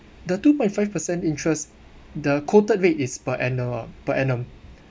the two point five percent interest the quoted rate is per annual oh per annum